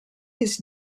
his